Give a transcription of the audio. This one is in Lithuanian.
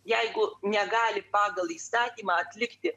jeigu negali pagal įstatymą atlikti